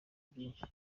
byinshi